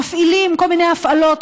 מפעילים כל מיני הפעלות,